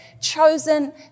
chosen